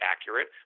accurate